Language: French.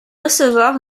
recevoir